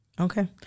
Okay